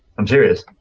i'm serious.